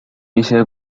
一些